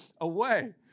away